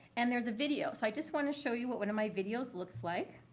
and there's a video. so i just want to show you what one of my videos looks like.